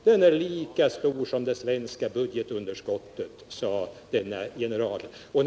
Den är lika stor som det svenska budgetunderskottet, sade generalen.